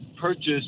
purchase